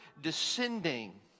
descending